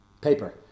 paper